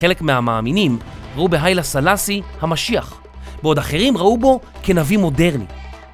חלק מהמאמינים ראו בהיילה סלאסי המשיח, ועוד אחרים ראו בו כנביא מודרני.